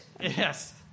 Yes